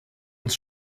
uns